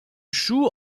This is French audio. chou